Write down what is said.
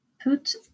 put